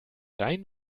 rein